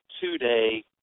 two-day